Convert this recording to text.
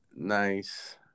Nice